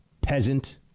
peasant